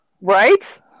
Right